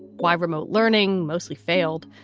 why remote learning mostly failed,